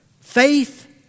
faith